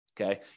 Okay